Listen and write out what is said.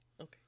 okay